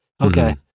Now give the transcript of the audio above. Okay